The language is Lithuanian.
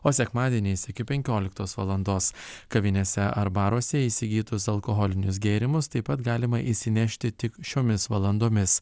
o sekmadieniais iki penkioliktos valandos kavinėse ar baruose įsigytus alkoholinius gėrimus taip pat galima įsinešti tik šiomis valandomis